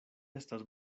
estas